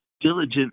diligent